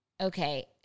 okay